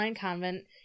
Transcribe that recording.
convent